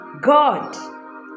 God